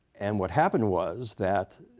and what happened was that